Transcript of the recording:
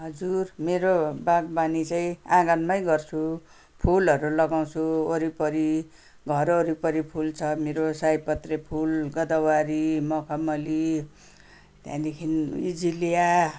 हजुर मेरो बागवानी चाहिँ आँगनमै गर्छु फुलहरू लगाउँछु वरिपरि घर वरिपरि घर वरिपरि फुल छ मेरो सयपत्री फुल गोदावरी मखमली त्यहाँदेखि अजेलिया